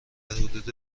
حدود